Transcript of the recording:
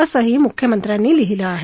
असंही मुख्यमंत्र्यांनी लिहीलं आहे